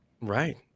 right